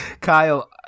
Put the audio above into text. Kyle